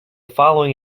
following